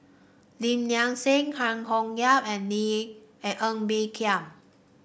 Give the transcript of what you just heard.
Lim Nang Seng Cheang Hong and Nee and Ng Bee Kia